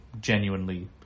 genuinely